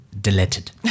deleted